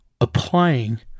applying